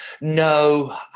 No